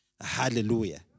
Hallelujah